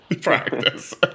practice